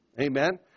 Amen